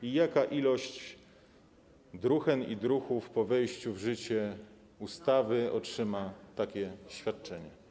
I jaka ilość druhen i druhów po wejściu w życie ustawy otrzyma takie świadczenie?